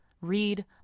read